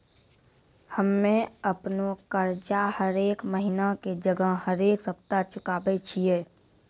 हम्मे अपनो कर्जा हरेक महिना के जगह हरेक सप्ताह चुकाबै छियै